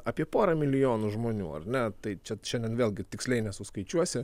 apie porą milijonų žmonių ar ne tai čia šiandien vėlgi tiksliai nesuskaičiuosi